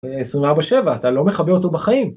24 7, אתה לא מכבה אותו בחיים.